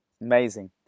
Amazing